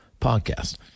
podcast